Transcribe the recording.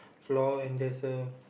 floor and there's a